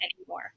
anymore